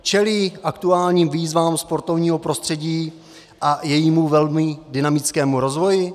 Čelí aktuálním výzvám sportovního prostředí a jejímu velmi dynamickému rozvoji?